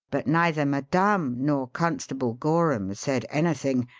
but neither madame nor constable gorham said anything.